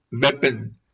weapon